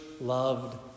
loved